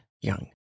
young